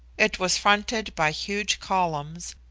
it was fronted by huge columns,